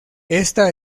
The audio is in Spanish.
esta